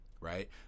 Right